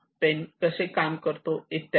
pen कसे काम करतो इत्यादी